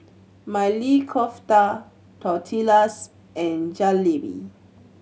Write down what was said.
Maili Kofta Tortillas and Jalebi